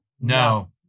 No